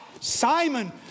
Simon